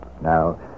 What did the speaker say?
Now